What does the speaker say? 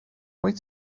wyt